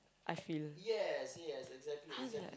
I feel how do I